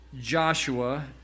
Joshua